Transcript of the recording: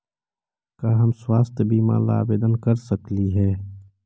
का हम स्वास्थ्य बीमा ला आवेदन कर सकली हे?